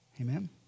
Amen